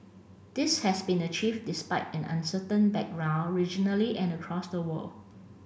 this has been achieved despite an uncertain background regionally and across the world